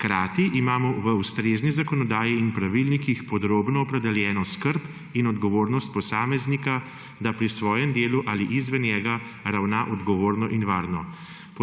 Hkrati imamo v ustrezni zakonodaji in pravilnikih podrobno opredeljeno skrb in odgovornost posameznika, da pri svojem delu ali izven njega ravna odgovorno in varno.